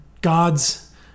God's